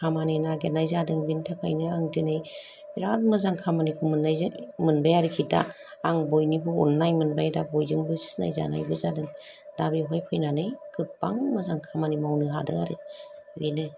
खामानि नागिरनाय जादों बिनि थाखायनो आं दिनै बिरात मोजां खामानि मोननाय जों खामानिखौ मोनबाय आरो दा आं बयनिबो अन्नाय मोनबाय दा आं बयजोंबो सिनायजानाय जादों दा बेवहाय फैनानै गोबां मोजां खामानि मावनो हादों आरो बेनो